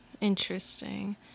Interesting